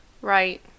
Right